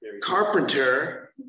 carpenter